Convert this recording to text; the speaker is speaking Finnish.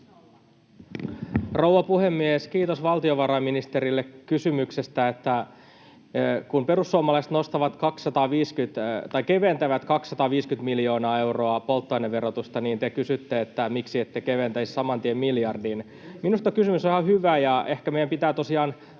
rouva puhemies! Kiitos valtiovarainministerille kysymyksestä. Kun perussuomalaiset keventävät 250 miljoonalla eurolla polttoaineverotusta, niin te kysytte, miksi emme keventäisi saman tien miljardilla. Minusta kysymys on ihan hyvä. Ehkä meidän pitää tosiaan